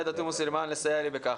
עאידה תומא סלימאן לסייע לי בכך,